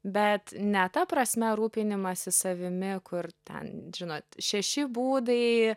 bet ne ta prasme rūpinimąsi savimi kur ten žinot šeši būdai